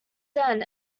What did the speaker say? then